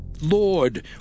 Lord